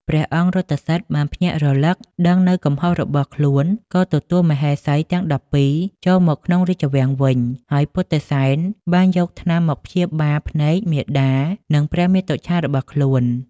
ព្រះអង្គរថសិទ្ធិបានភ្ញាក់រលឹកដឹងនូវកំហុសរបស់ខ្លួន ក៏ទទួលមហេសីទាំង១២ចូលមកក្នុងរាជវាំងវិញ ហើយពុទ្ធិសែនបានយកថ្នាំមកព្យាបាលភ្នែកមាតា និងព្រះមាតុច្ឆារបស់ខ្លួន។